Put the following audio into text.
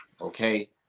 okay